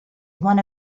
one